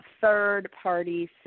third-party